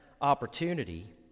opportunity